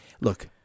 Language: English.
Look